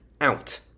out